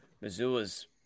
Missoula's